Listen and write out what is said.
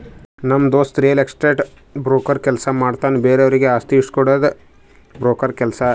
ನಮ್ ದೋಸ್ತ real estate broker ಕೆಲ್ಸ ಮಾಡ್ತಾನ್ ಬೇರೆವರಿಗ್ ಆಸ್ತಿ ಇಸ್ಕೊಡ್ಡದೆ ಬ್ರೋಕರ್ ಕೆಲ್ಸ